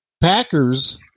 packers